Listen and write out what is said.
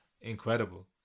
incredible